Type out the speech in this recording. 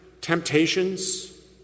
temptations